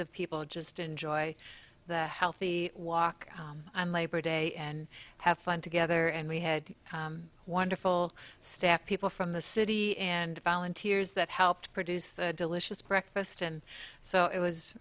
of people just enjoy the healthy walk on labor day and have fun together and we had wonderful staff people from the city and volunteers that helped produce the delicious breakfast and so it was